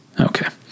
Okay